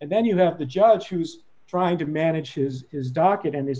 and then you have the judge who's trying to manage his his docket and his